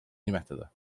nimetada